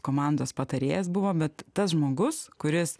komandos patarėjas buvo bet tas žmogus kuris